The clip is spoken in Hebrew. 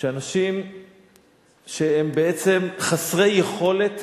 אנשים שהם בעצם חסרי יכולת